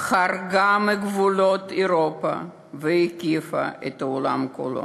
חרגה מגבולות אירופה והקיפה את העולם כולו.